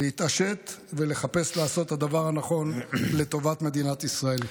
להתעשת ולחפש לעשות את הדבר הנכון לטובת מדינת ישראל.